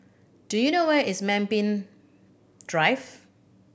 do you know where is Pemimpin Drive